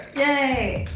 yay!